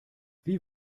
wie